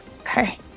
Okay